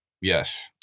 Yes